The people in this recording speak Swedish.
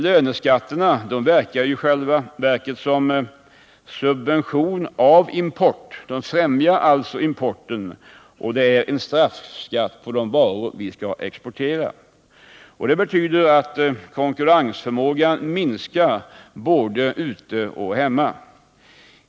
Löneskatterna verkar ju i själva verket som en subvention av importen och en straffskatt på exporten. Det betyder att konkurrensförmågan minskar både ute och hemma.